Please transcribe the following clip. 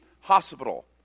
hospital